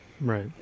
right